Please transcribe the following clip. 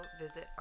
visit